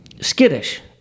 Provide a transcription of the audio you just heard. skittish